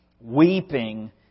weeping